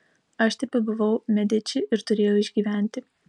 aš tebebuvau mediči ir turėjau išgyventi